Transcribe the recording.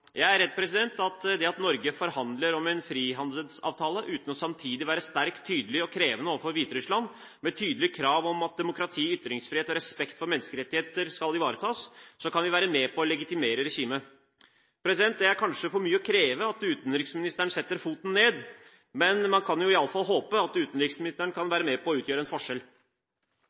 Jeg er redd for at når Norge forhandler om en frihandelsavtale uten samtidig å være sterk, tydelig og krevende overfor Hviterussland, med tydelige krav om at demokrati, ytringsfrihet og respekt for menneskerettigheter skal ivaretas, kan vi være med på å legitimere regimet. Det er kanskje for mye å kreve at utenriksministeren setter foten ned, men man kan i alle fall håpe at utenriksministeren kan være med på å utgjøre en forskjell.